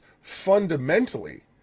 fundamentally